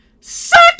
suck